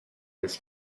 his